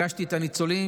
פגשתי את הניצולים,